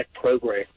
program